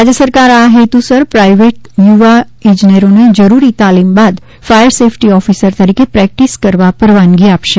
રાજ્ય સરકાર આ હેતુસર પ્રાયવેટ યુવા ઇજનેરોને જરૂરી તાલીમ બાદ ફાયર સેફ્ટી ઓફિસર તરીકે પ્રેક્ટિસ કરવા પરવાનગી આપશે